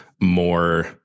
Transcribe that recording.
more